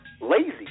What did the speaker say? lazy